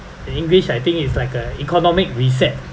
in english I think it's like a economic reset